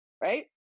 Right